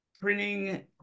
printing